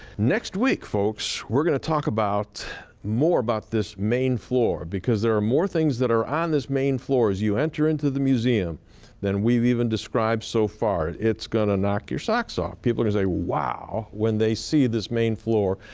next week, folks, we're going to talk about more about this main floor because there are more things that are on this main floor as you enter into the museum than we've even described so far. far. it's going to knock your socks off. people are going to say, wow! when they see this main floor.